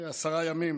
כעשרה ימים